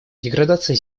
деградация